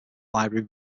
library